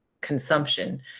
consumption